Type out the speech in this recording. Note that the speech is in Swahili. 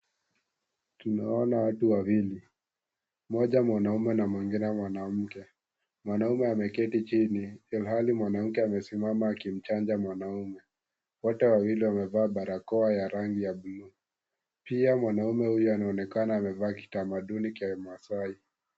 Tunaona watu wawili, mmoja mwanaume na mwingine mwanamke. Mwanaume ameketi chini, ilhali mwanamke amesimama akimchanja mwanaume. Wote wawili wamevaa barakoa ya rangi ya buluu. Pia, mwanaume huyu, anaonekana amevaa kitamaduni, Kimasaai.